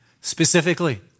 Specifically